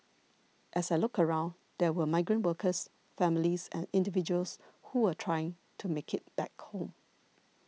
as I looked around there were migrant workers families and individuals who were trying to make it back home